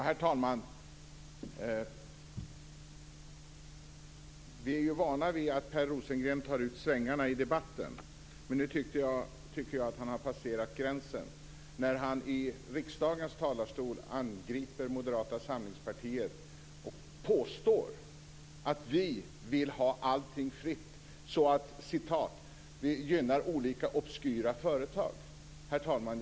Herr talman! Vi är ju vana vid att Per Rosengren tar ut svängarna i debatten. Men jag tycker att han har passerat gränsen när han i riksdagens talarstol angriper Moderata samlingspartiet och påstår att vi vill ha allting fritt så att vi gynnar olika obskyra företag. Herr talman!